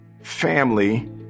family